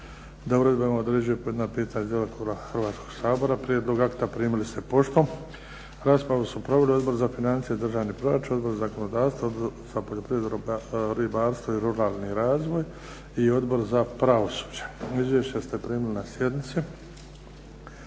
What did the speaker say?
uredbama određuje pojedina pitanja iz djelokruga Hrvatskoga sabora, prijedlog akta primili ste poštom. Raspravu su proveli Odbor za financije, državni proračun, Odbor za zakonodavstvo, Odbor za poljoprivredu, ribarstvo i ruralni razvoj i Odbor za pravosuđe. Izvješća ste primili na sjednici.